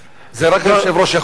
זה רק יושב-ראש יכול לעשות,